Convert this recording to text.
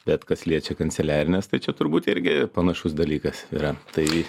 bet kas liečia kanceliarines tai čia turbūt irgi panašus dalykas yra tai